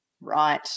right